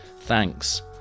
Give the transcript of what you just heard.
Thanks